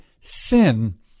sin